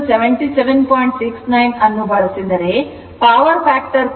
69 ಅನ್ನು ಬಳಸಿದರೆ power factor ಕೋನ 22